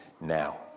now